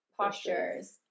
postures